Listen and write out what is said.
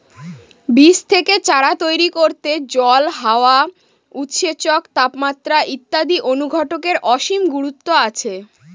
বীজ থেকে চারা তৈরি করতে জল, হাওয়া, উৎসেচক, তাপমাত্রা ইত্যাদি অনুঘটকের অসীম গুরুত্ব আছে